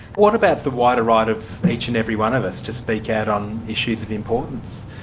what about the wider right of each and every one of us to speak out on issues of importance,